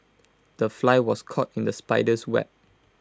the fly was caught in the spider's web